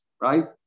right